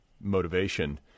motivation